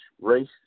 race